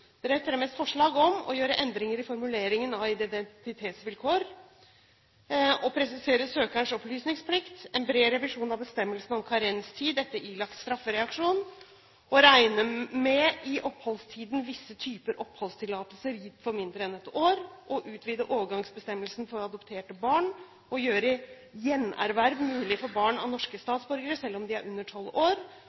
forslag om å gjøre endringer i formuleringen av identitetsvilkår å presisere søkerens opplysningsplikt en bred revisjon av bestemmelsene om karenstid etter ilagt straffereaksjon å regne med i oppholdstiden visse typer oppholdstillatelser gitt for mindre enn ett år å utvide overgangsbestemmelsen for adopterte barn å gjøre gjenerverv mulig for barn av norske statsborgere, selv om de er under 12 år